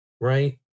right